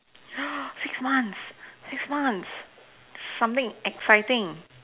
six months six months something exciting